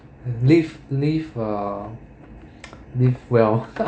live live uh live well